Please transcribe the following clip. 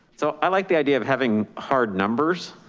so i liked the idea of having hard numbers.